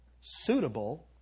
suitable